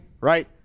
right